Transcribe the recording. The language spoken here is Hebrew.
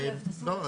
ואם לא,